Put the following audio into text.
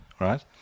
right